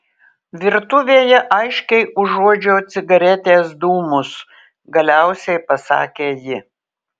virtuvėje aiškiai užuodžiau cigaretės dūmus galiausiai pasakė ji